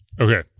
Okay